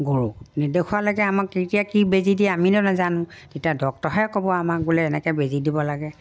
গৰু নেদখুৱালৈকে আমাক কেতিয়া কি বেজী দিয়ে আমি নো নাজানো তেতিয়া ডক্তৰহে ক'ব আমাক বোলে এনেকৈ বেজী দিব লাগে